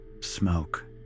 smoke